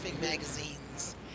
magazines